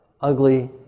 ugly